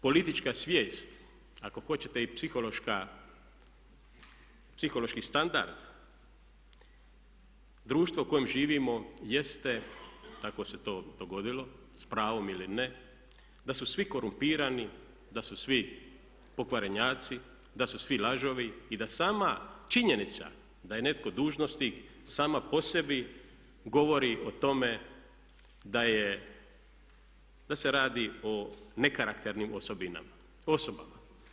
Prosječna politička svijest, ako hoćete i psihološki standard društva u kojem živimo jeste, tako se to dogodilo, s pravom ili ne, da su svi korumpirani, da su svi pokvarenjaci, da su svi lažovi i da sama činjenica da je netko dužnosnik, sama po sebi govori da o tome da je, da se radi o nekarakternim osobama.